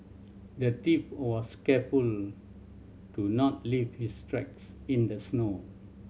the thief was careful to not leave his tracks in the snow